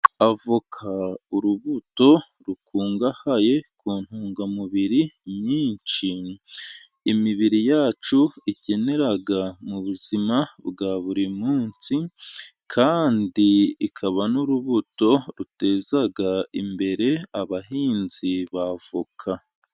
Avoka, urubuto rukungahaye ku ntungamubiri nyinshi, imibiri yacu ikenera mu buzima bwa buri munsi, kandi ikaba n'urubuto ruteza imbere abahinzi ba avoka.